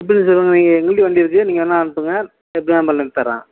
return செலவு எங்கள்ட வண்டி இருக்குது நீங்கள் வேணா அனுப்புங்கள் எப்படி வேணா பண்ணுங்கள் தரோம்